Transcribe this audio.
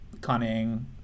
cunning